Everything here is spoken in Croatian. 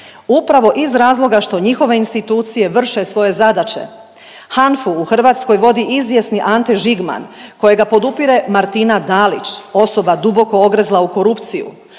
upravo iz razloga što njihove institucije vrše svoje zadaće. HANFA-u u Hrvatskoj vodi izvjesni Ante Žigman kojeg podupire Martina Dalić, osoba duboko ogrezla u korupciju.